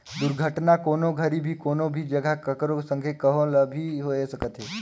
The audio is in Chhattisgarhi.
दुरघटना, कोनो घरी भी, कोनो भी जघा, ककरो संघे, कहो ल भी होए सकथे